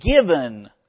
given